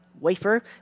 wafer